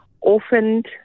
orphaned